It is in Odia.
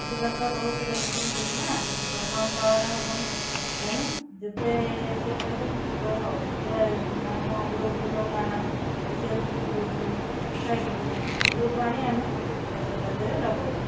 ଆଜିକାଲି ତ ବହୁତ ରେଟ୍ରେ ମିଳୁଛି ନା କମ୍ ପାୱର୍ର ହବନି ତେଣୁ ଯେତେ ସେ ପଇସା କିଛି କୁଆଡ଼େ ହଉନି ଯେ ଆମ ଗ୍ରୁପ୍ରୁ ଲୋନ୍ ଆଣ ଏସ୍ ଏଚ୍ ଜି ଗ୍ରୁପ୍ରୁ ସୋସାଇଟ୍ରୁ ଗ୍ରୁପ୍ ଆଣି ଆମେ ଚାଷ କାର୍ଯ୍ୟରେ ଲଗାଉଛୁ